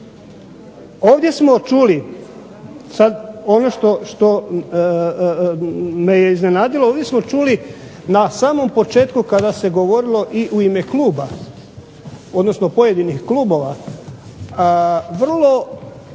Ovdje smo čuli sada, ono što me je iznenadilo, ovdje smo čuli na samom početku kada se govorilo u ime Kluba, odnosno pojedinih klubova, vrlo